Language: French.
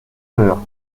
heures